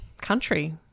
country